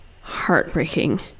heartbreaking